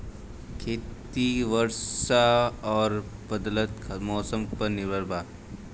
खेती वर्षा और बदलत मौसम पर निर्भर बा